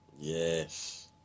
Yes